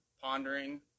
pondering